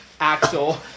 Axel